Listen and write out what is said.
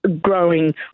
growing